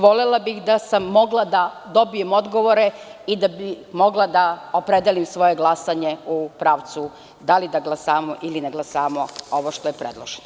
Volela bih da sam mogla da dobijem odgovore kako bih mogla da opredelim svoje glasanje u pravcu da li da glasamo ili da ne glasamo za ovo što je predloženo.